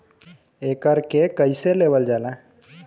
एकरके कईसे लेवल जाला?